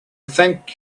thank